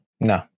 No